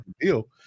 deal